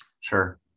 Sure